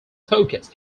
focus